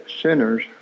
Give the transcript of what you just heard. sinners